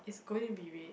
it's going to be red